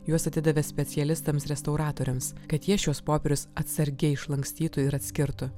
juos atidavė specialistams restauratoriams kad jie šiuos popierius atsargiai išlankstytų ir atskirtų